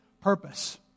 purpose